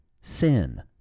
sin